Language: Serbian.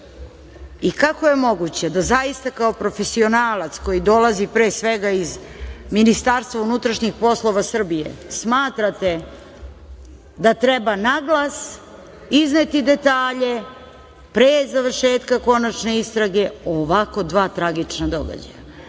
I, kako je moguće da zaista kao profesionalac koji dolazi pre svega iz MUP Srbije smatrate da treba naglas izneti detalje, pre završetka konačne istrage ovako dva tragična događaja?